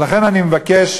ולכן אני מבקש,